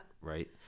right